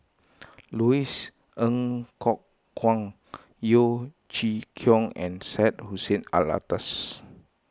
Louis Ng Kok Kwang Yeo Chee Kiong and Syed Hussein Alatas